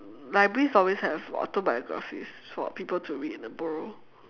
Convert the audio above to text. libraries always have autobiographies for people to read and borrow